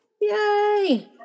yay